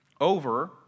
over